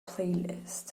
playlist